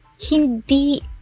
Hindi